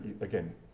again